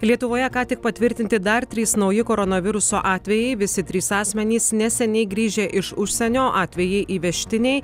lietuvoje ką tik patvirtinti dar trys nauji koronaviruso atvejai visi trys asmenys neseniai grįžę iš užsienio atvejai įvežtiniai